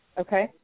Okay